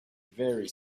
very